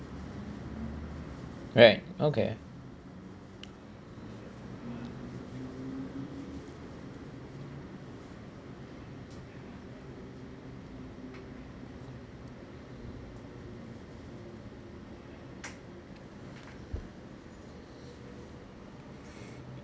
right okay